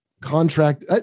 contract